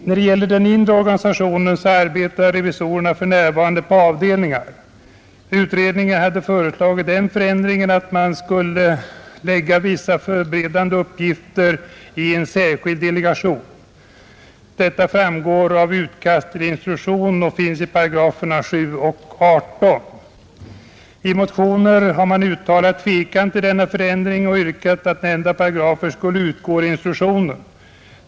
När det gäller den inre organisationen så arbetar revisorerna för närvarande på avdelningar. Utredningen hade föreslagit den förändringen att vissa beredningsuppgifter skulle läggas i en särskild delegation. Detta framgår av utkastet till instruktion, §§ 7 och 18. I motioner har man uttalat tvekan inför denna förändring och yrkat på att nämnda paragrafer skall utgå ur instruktionen.